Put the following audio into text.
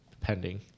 pending